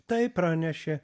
taip pranešė